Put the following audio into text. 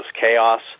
Chaos